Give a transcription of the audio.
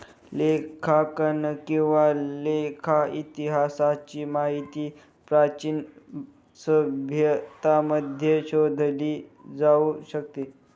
लेखांकन किंवा लेखा इतिहासाची माहिती प्राचीन सभ्यतांमध्ये शोधली जाऊ शकते